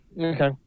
Okay